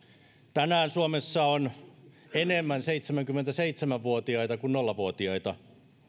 tänään suomessa on enemmän seitsemänkymmentäseitsemän vuotiaita kuin nollavuotiaita